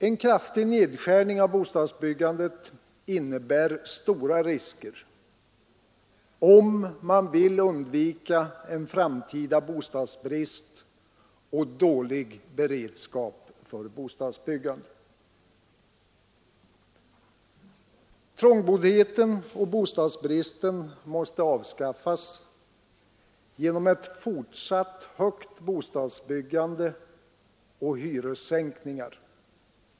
En kraftig nedskärning av bostadsbyggandet innebär stora risker, om man vill undvika en framtida bostadsbrist och dålig beredskap för bostadsbyggandet. Trångboddheten och bostadsbristen måste avskaffas genom ett fortsatt högt bostadsbyggande och hyressänkningar.